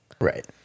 Right